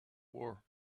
war